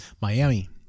Miami